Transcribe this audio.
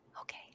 Okay